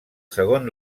segon